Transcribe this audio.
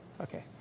okay